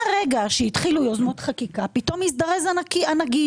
מהרגע שהתחילו יוזמות חקיקה פתאום הזדרז הנגיד